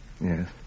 Yes